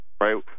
right